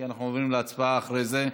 כי אנחנו עוברים להצבעה אחרי זה,